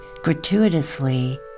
gratuitously